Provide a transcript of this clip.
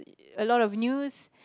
a lot of news